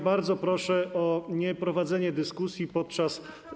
Bardzo proszę o nieprowadzenie dyskusji podczas.